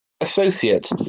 associate